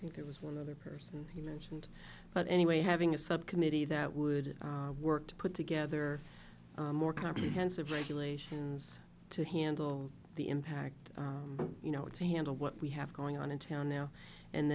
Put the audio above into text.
i think there was one other person he mentioned but anyway having a subcommittee that would work to put together more comprehensive regulations to handle the impact you know it's handle what we have going on in town now and